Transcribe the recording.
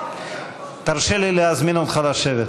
תרשה לי להזמין אותך לשבת.